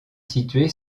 située